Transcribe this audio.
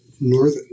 northern